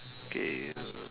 okay err